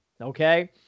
Okay